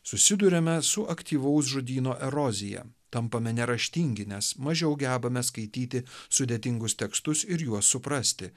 susiduriame su aktyvaus žodyno erozija tampame neraštingi nes mažiau gebame skaityti sudėtingus tekstus ir juos suprasti